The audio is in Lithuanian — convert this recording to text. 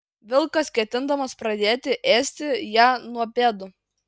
vilkas ketindamas pradėti ėsti ją nuo pėdų